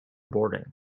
boarding